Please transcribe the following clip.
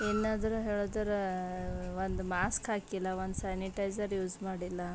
ಏನಾದರೂ ಹೇಳಿದ್ರೆ ಒಂದು ಮಾಸ್ಕ್ ಹಾಕಿಲ್ಲ ಒಂದು ಸ್ಯಾನಿಟೈಸರ್ ಯೂಸ್ ಮಾಡಿಲ್ಲ